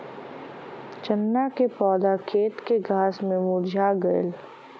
चन्ना क पौधा खेत के घास से मुरझा गयल